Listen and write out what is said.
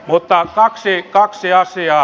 mutta kaksi asiaa